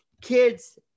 kids